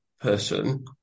person